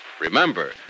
Remember